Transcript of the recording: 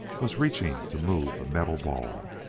was reaching to move a metal ball.